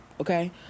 okay